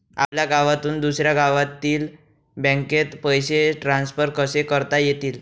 आपल्या गावातून दुसऱ्या गावातील बँकेत पैसे ट्रान्सफर कसे करता येतील?